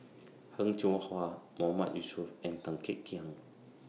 Heng Cheng Hwa Mahmood Yusof and Tan Kek Hiang